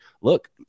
look